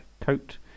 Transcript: coat